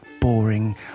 boring